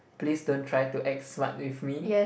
please don't try to act smart with me